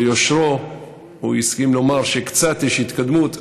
ביושרו הוא הסכים לומר שיש קצת התקדמות,